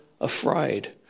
afraid